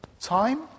Time